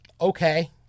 okay